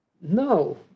No